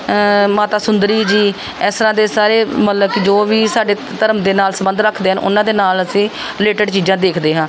ਮਾਤਾ ਸੁੰਦਰੀ ਜੀ ਇਸ ਤਰ੍ਹਾਂ ਦੇ ਸਾਰੇ ਮਤਲਬ ਕਿ ਜੋ ਵੀ ਸਾਡੇ ਧਰਮ ਦੇ ਨਾਲ ਸੰਬੰਧ ਰੱਖਦੇ ਹਨ ਉਹਨਾਂ ਦੇ ਨਾਲ ਅਸੀਂ ਰਿਲੇਟਡ ਚੀਜ਼ਾਂ ਦੇਖਦੇ ਹਾਂ